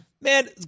Man